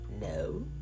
No